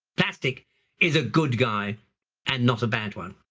plastic is a good guy and not a bad one.